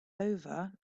over